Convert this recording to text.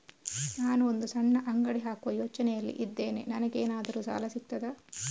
ನಾನು ಒಂದು ಸಣ್ಣ ಅಂಗಡಿ ಹಾಕುವ ಯೋಚನೆಯಲ್ಲಿ ಇದ್ದೇನೆ, ನನಗೇನಾದರೂ ಸಾಲ ಸಿಗ್ತದಾ?